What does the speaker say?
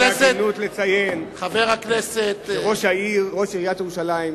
מן ההגינות תציין שראש עיריית ירושלים,